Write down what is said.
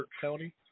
County